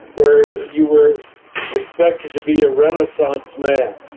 where you were expected to be a renaissance man.